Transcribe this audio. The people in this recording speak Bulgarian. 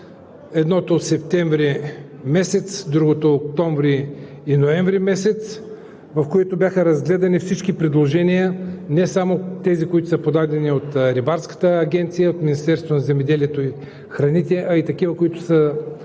месец септември, другото месеците октомври и ноември, на които бяха разгледани всички предложения, не само които са подадени от Рибарската агенция, от Министерството на земеделието и храните, а и такива, които са